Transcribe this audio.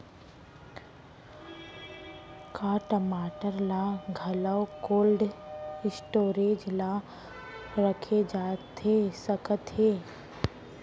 का टमाटर ला घलव कोल्ड स्टोरेज मा रखे जाथे सकत हे?